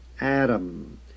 Adam